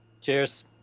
Cheers